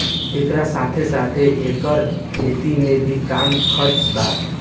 एकरा साथे साथे एकर खेती में भी कम खर्चा बा